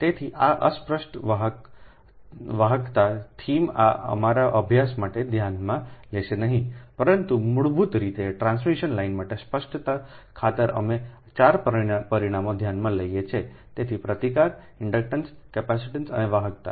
તેથી આ અસ્પષ્ટ વાહકતા થીમ આ અમારા અભ્યાસ માટે ધ્યાનમાં લેશે નહીં પરંતુ મૂળભૂત રીતે ટ્રાન્સમિશન લાઇન માટે સ્પષ્ટતા ખાતર અમે ચાર પરિમાણો ધ્યાનમાં લઈએ છીએ તેથી પ્રતિકાર ઇન્ડક્ટન્સ કેપેસિટીન્સ અને વાહકતા